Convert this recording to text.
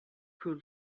pool